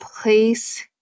place